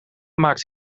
maakt